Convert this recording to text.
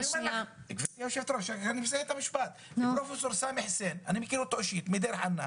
אני מכיר אותו אישית מדיר חנא.